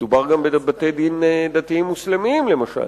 מדובר גם בבתי-דין דתיים מוסלמיים, למשל.